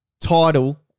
title